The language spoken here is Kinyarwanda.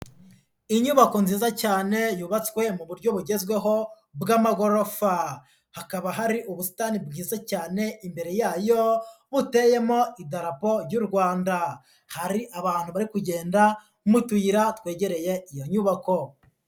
Inyubako nziza cyane yubatswe mu buryo bugezweho, bw'amagorofa. Hakaba hari ubusitani bwiza cyane imbere yayo, buteyemo idarapo ry'u Rwanda. Hari abantu bari kugenda mu utuyira twegereye iyo nyubako.